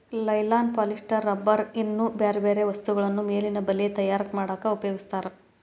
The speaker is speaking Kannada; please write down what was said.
ನೈಲಾನ್ ಪಾಲಿಸ್ಟರ್ ರಬ್ಬರ್ ಇನ್ನೂ ಬ್ಯಾರ್ಬ್ಯಾರೇ ವಸ್ತುಗಳನ್ನ ಮೇನಿನ ಬಲೇ ತಯಾರ್ ಮಾಡಕ್ ಉಪಯೋಗಸ್ತಾರ